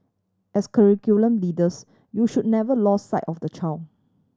as curriculum leaders you should never lose sight of the child